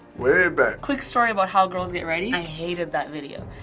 way back. quick story about how girls get ready. i hated that video.